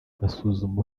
basuzuma